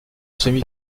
semi